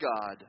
God